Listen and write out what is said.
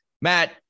Matt